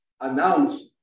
announce